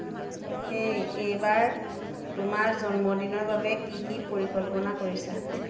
হেই এইবাৰ তোমাৰ জন্মদিনৰ বাবে কি কি পৰিকল্পনা কৰিছা